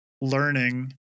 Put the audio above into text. learning